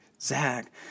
Zach